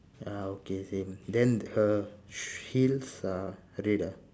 uh okay same then her sh~ heels are red ah